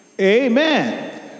Amen